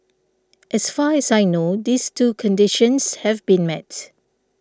as far as I know these two conditions have been met